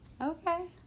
Okay